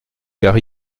car